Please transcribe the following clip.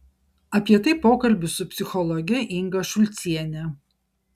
apie tai pokalbis su psichologe inga šulciene